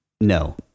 No